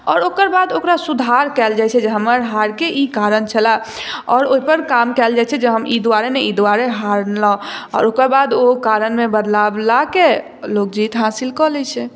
आओर ओकर बाद ओकरा सुधार कयल जाइ छै जे हमर हारके ई कारण छलए आओर ओहि पर काम कयल जाइ छै जे हम एहि दुआरे नहि एहि दुआरे हारलहुॅं आओर ओकर बाद ओ कारणमे बदलाव ला के लोग जीत हासिल कऽ लै छै